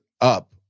up